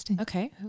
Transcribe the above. okay